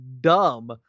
dumb